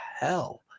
hell